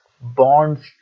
bonds